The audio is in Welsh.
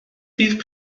fydd